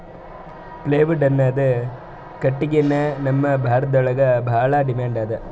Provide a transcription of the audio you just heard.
plywood ಅನ್ನದ್ ಕಟ್ಟಗಿಗ್ ನಮ್ ಭಾರತದಾಗ್ ಭಾಳ್ ಡಿಮ್ಯಾಂಡ್ ಅದಾ